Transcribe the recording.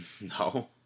No